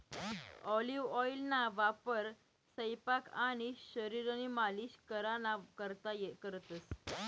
olive ऑइलना वापर सयपाक आणि शरीरनी मालिश कराना करता करतंस